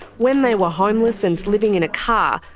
when they were homeless and living in a car,